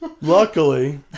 luckily